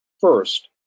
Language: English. First